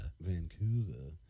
Vancouver